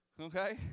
Okay